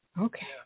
Okay